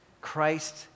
Christ